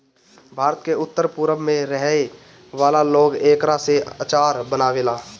भारत के उत्तर पूरब में रहे वाला लोग एकरा से अचार बनावेला